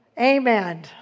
amen